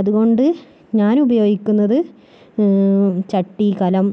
അതുകൊണ്ട് ഞാൻ ഉപയോഗിക്കുന്നത് ചട്ടി കലം